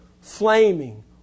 flaming